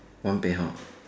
one